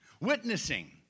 witnessing